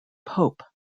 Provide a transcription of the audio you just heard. pope